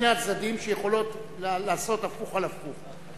בשני הצדדים, שיכולות לעשות הפוך על הפוך.